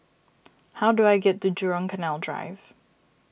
how do I get to Jurong Canal Drive